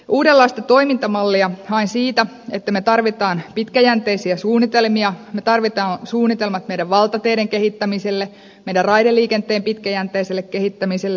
uudenlaista toimintamallia haen siitä että me tarvitsemme pitkäjänteisiä suunnitelmia me tarvitsemme suunnitelmat meidän valtateiden kehittämiselle meidän raideliikenteen pitkäjänteiselle kehittämiselle